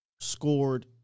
scored